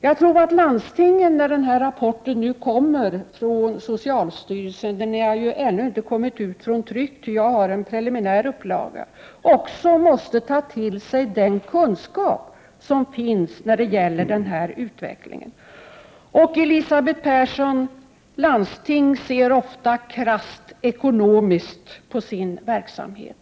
Jag tror att landstingen när den här rapporten från socialstyrelsen nu kommer — den har ju ännu inte kommit ut i trycket; jag har en preliminär upplaga — också måste ta till sig den kunskap som finns när det gäller denna utveckling. Elisabeth Persson! Landsting ser ofta krasst ekonomiskt på sin verksamhet.